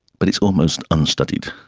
but it's almost unstudied.